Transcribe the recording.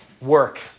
work